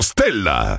Stella